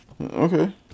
okay